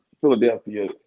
Philadelphia